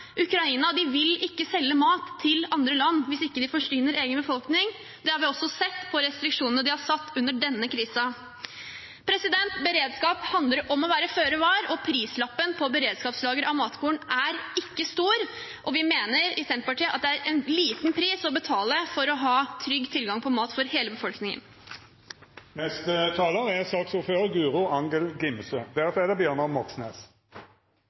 vil ikke selge mat til andre land hvis de ikke kan forsyne egen befolkning. Det har vi også sett på restriksjonene de har satt under denne krisen. Beredskap handler om å være føre var, og prislappen på beredskapslagre av matkorn er ikke stor. Vi mener i Senterpartiet at det er en liten pris å betale for å ha trygg tilgang på mat for hele